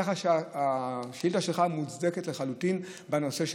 כך שמוצדקת לחלוטין השאילתה שלך בנושא של